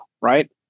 Right